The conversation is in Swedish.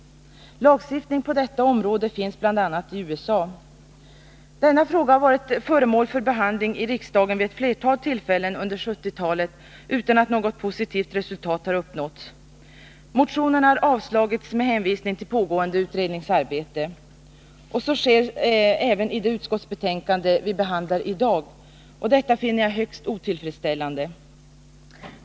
Lagstiftning på detta område finns bl.a. i USA. Denna fråga har varit föremål för behandling i riksdagen vid ett flertal tillfällen under 1970-talet utan att något positivt resultat har uppnåtts. Motionerna har avslagits med hänvisning till pågående utredningsarbete. De avstyrks även i det utskottsbetänkande som vi behandlar i dag, och detta finner jag högst otillfredsställande.